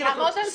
אני אעמוד על זה.